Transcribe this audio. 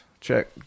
check